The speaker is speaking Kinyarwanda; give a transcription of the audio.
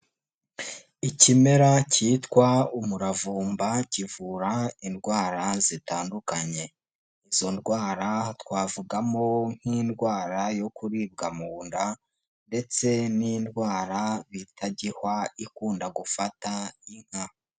Ikimera cyitwa umuravumba, kivura indwara zitandukanye. Izo ndwara twavugamo nk'indwara yo kuribwa mu nda ,ndetse n'indwara bita gihwa ikunda gufata inka.